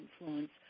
influence